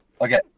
Okay